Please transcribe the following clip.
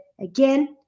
again